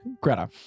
Greta